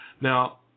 Now